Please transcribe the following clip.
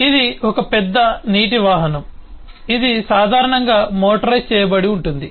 ఇది ఒక పెద్ద నీటి వాహనం ఇది సాధారణంగా మోటరైజ్ చేయబడి ఉంటుంది